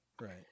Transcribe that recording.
Right